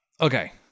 okay